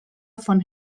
von